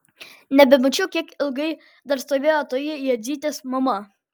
nebemačiau kiek ilgai dar stovėjo toji jadzytės mama